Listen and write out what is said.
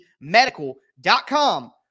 medical.com